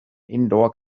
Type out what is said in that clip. indoor